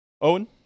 Owen